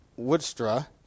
Woodstra